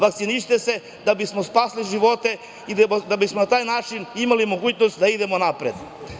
Vakcinišite se da bismo spasili živote i da bi smo na taj način imali mogućnost da idemo napred.